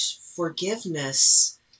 forgiveness